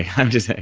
i'm just saying.